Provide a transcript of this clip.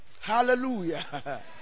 Hallelujah